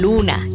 Luna